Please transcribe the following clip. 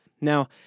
Now